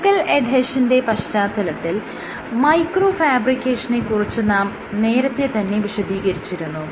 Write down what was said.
focal എഡ്ഹെഷന്റെ പശ്ചാത്തലത്തിൽ മൈക്രോ ഫാബ്രിക്കേഷനെ കുറിച്ച് നാം നേരത്തെ തന്നെ വിശദീകരിച്ചിരുന്നു